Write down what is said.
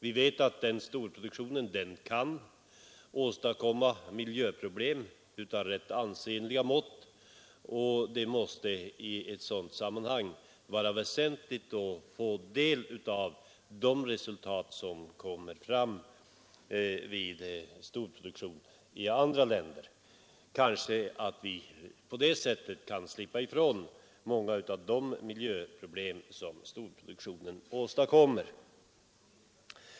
Vi vet att sådan storproduktion kan åstadkomma miljöproblem av ansenliga mått, och det måste därför vara väsentligt att vi får möjlighet att ta del av de resultat som kommer fram vid storproduktion i andra länder. Kanske vi på det sättet kan slippa ifrån många av de miljöproblem som storproduktionen åstadkommer.